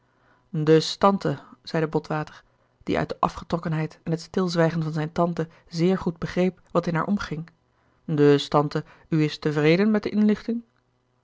dus tante zeide botwater die uit de afgetrokkenheid en het stilzwijgen van zijne tante zeer goed begreep wat in haar omging dus tante u is tevreden met de inlichting